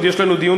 ועוד יש לנו דיון,